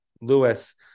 Lewis